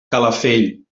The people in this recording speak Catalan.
calafell